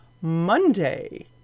Monday